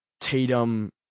Tatum